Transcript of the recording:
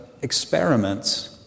experiments